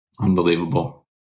Unbelievable